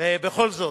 בכל זאת,